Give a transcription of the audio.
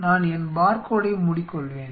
நான் என் பார்கோடை மூடிக்கொள்வேன்